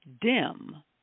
dim